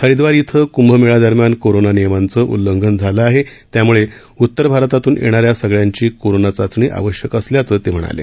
हरिदवार इथं कृभमेळ्या दरम्यान कोरोना नियमांचं उल्लंघन झालं आहे त्यामुळे उतर भारतातून येणाऱ्या संगळ्यांची कोरोना चाचणी आवश्यक असल्याचं ते म्हणाले